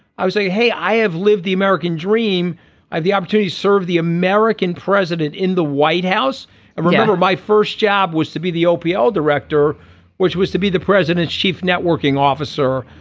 i was like hey i have lived the american dream the opportunity serve the american president in the white house. i remember my first job was to be the opm director which was to be the president's chief networking officer.